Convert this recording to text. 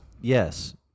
Yes